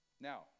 Now